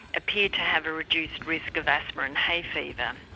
appear to have a reduce risk of asthma and hay fever.